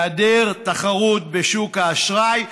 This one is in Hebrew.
בהיעדר תחרות בשוק האשראי,